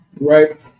right